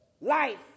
life